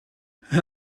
hij